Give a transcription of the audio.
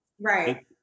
Right